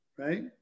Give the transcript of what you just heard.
right